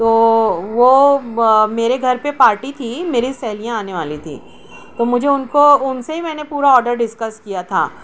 تو وہ میرے گھر پہ پارٹی تھی میری سہیلیاں آنے والی تھیں تو مجھے ان کو ان سے ہی میں نے پورا آڈر ڈسکس کیا تھا